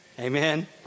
Amen